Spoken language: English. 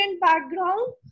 background